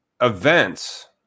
events